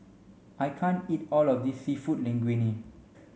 I can't eat all of this Seafood Linguine